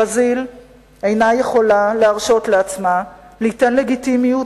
ברזיל אינה יכולה להרשות לעצמה ליתן לגיטימיות,